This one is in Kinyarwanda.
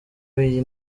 w’iyi